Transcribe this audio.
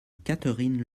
catherine